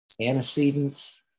antecedents